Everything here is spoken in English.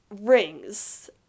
rings